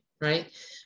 right